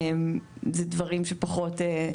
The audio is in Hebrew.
זה דברים שפחות,